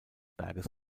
berges